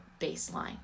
baseline